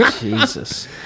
Jesus